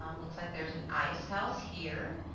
um looks like there is an ice house here.